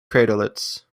craterlets